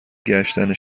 گشتن